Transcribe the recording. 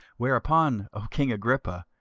whereupon, o king agrippa,